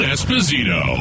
Esposito